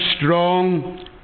strong